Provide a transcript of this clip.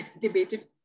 debated